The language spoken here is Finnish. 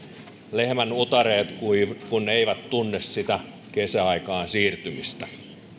lehmän utareet kun eivät tunne sitä kesäaikaan siirtymistä